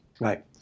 Right